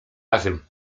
razem